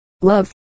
love